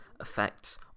effects